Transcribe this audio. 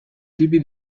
tipi